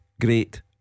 great